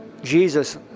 Jesus